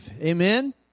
Amen